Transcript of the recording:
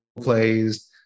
plays